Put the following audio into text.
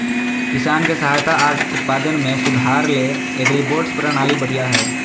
किसान के सहायता आर उत्पादन में सुधार ले एग्रीबोट्स प्रणाली बढ़िया हय